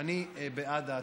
אני בעד ההצעה.